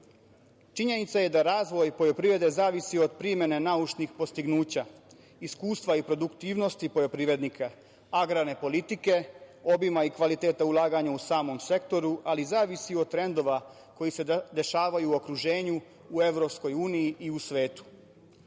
žitarica. Činjenica je da razvoj poljoprivrede zavisi od primene naučnih dostignuća, iskustva i produktivnosti poljoprivrednika, agrarne politike, obima i kvaliteta ulaganja u samom sektoru, ali zavisi i od trendova koji se dešavaju u okruženju, u EU i u svetu. Nameće